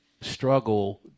struggle